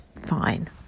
fine